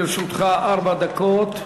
לרשותך ארבע דקות.